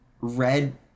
red